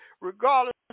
regardless